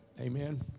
Amen